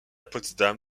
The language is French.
potsdam